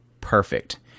perfect